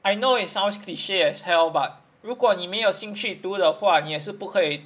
I know it sounds cliche as hell but 如果你没有兴趣读的话你也是不可以